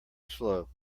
slow